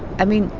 i mean,